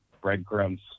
breadcrumbs